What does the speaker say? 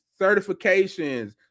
certifications